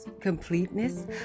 completeness